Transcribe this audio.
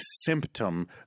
symptom